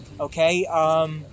Okay